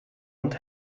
und